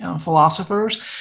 philosophers